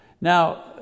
Now